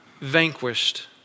vanquished